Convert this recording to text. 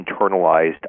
internalized